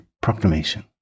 proclamation